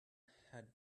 had